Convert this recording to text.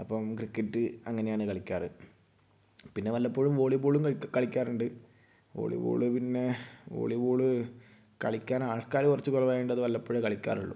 അപ്പം ക്രിക്കറ്റ് അങ്ങനെയാണ് കളിക്കാറ് പിന്നെ വല്ലപ്പോഴും വോളിബോളും കളിക്കാറുണ്ട് വോളിബോൾ പിന്നെ വോളിബോൾ കളിക്കാൻ ആൾക്കാർ കുറച്ച് കുറവായത് കൊണ്ട് അത് വല്ലപ്പോഴേ കളിക്കാറുള്ളൂ